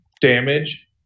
damage